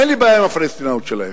אין לי בעיה עם הפלסטיניות שלהם,